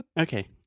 Okay